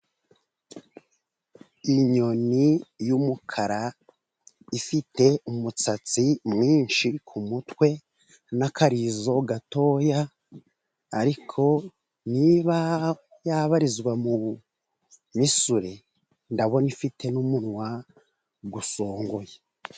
Inyoni y’umukara, ifite umusatsi mwinshi ku mutwe n’akarizo gatoya. Ariko niba yabarizwa mu misure, ndabona ifite n’umunwa usongoye.